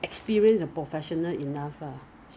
那个什么 cotton pad ha very fast